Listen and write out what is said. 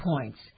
points